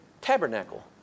tabernacle